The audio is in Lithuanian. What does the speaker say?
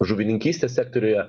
žuvininkystės sektoriuje